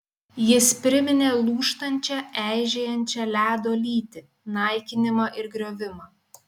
jis priminė lūžtančią eižėjančią ledo lytį naikinimą ir griovimą